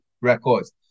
records